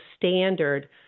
standard